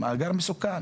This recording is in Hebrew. זה מאגר מסוכן